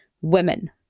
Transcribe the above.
women